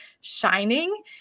shining